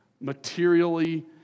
materially